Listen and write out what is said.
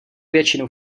většinu